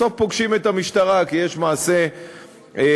בסוף פוגשים את המשטרה כי יש מעשה אלימות.